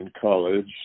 college